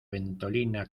ventolina